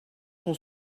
son